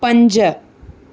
पंज